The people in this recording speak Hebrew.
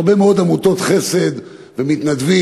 הרבה מאוד עמותות חסד ומתנדבים,